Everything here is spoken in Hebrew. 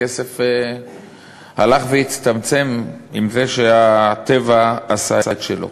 הכסף הלך והצטמצם עם זה שהטבע עשה את שלו.